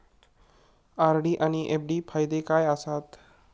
RD आनि FD फायदे काय आसात?